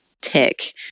tick